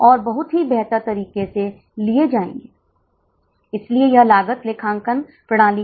अब 80 छात्रों के लिए परिवर्तनीय लागत कितनी होगी